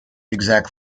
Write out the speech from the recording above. exact